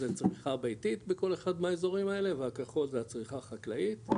זה הצריכה הביתית בכל אחד מהאזורים האלה והכחול זה הצריכה החקלאית.